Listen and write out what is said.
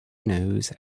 nose